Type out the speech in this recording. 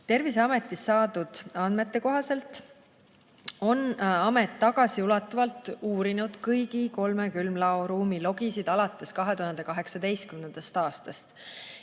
Terviseametist saadud andmete kohaselt on amet tagasiulatuvalt uurinud kõigi kolme külmlaoruumi logisid alates 2018. aastast.